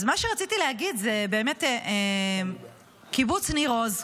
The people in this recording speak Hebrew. אז מה שרציתי להגיד: קיבוץ ניר עוז,